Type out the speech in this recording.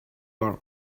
are